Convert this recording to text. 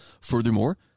Furthermore